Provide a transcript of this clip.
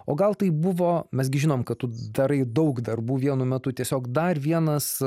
o gal tai buvo mes gi žinom kad tu darai daug darbų vienu metu tiesiog dar vienas